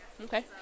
okay